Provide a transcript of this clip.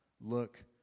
look